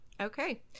Okay